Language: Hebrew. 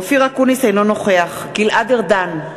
אינו נוכח גלעד ארדן,